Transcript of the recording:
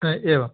हा एवम्